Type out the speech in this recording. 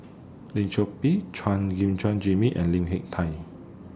Lim Chor Pee Chuan Gim Chuan Jimmy and Lim Hak Tai